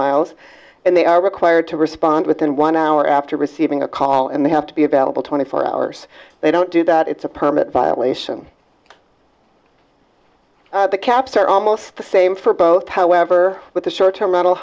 miles and they are required to respond within one hour after receiving a call and they have to be available twenty four hours they don't do that it's a permit violation the caps are almost the same for both however with the short term rental